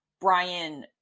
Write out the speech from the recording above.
Brian